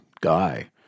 guy